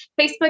Facebook